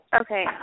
Okay